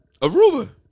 Aruba